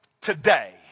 today